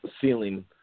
ceiling